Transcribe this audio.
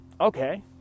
okay